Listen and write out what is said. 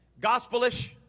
gospelish